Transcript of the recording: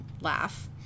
laugh